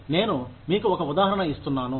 నేను మీకు ఒక ఉదాహరణ ఇస్తున్నాను